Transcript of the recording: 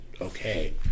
okay